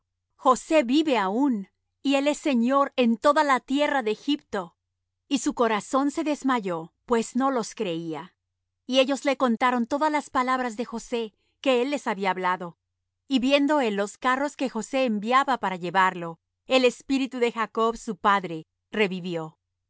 josé vive aún y él es señor en toda la tierra de egipto y su corazón se desmayó pues no los creía y ellos le contaron todas las palabras de josé que él les había hablado y viendo él los carros que josé enviaba para llevarlo el espíritu de jacob su padre revivió